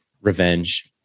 Revenge